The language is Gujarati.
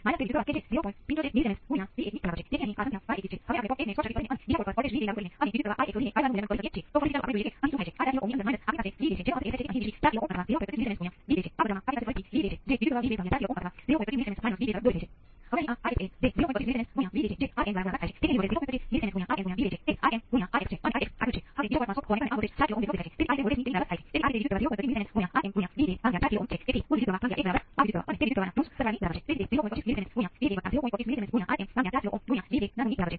જો તમે કોઈ સર્કિટ ને શીખવીશું કે જેના દ્વારા આ પ્રકારની વસ્તુ ઓળખવામાં આવે છે અને આ પ્રથમ ક્રમના વિકલન સમીકરણ છે